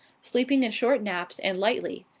sleeping in short naps and lightly.